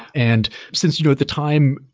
and since you know at the time,